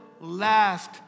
last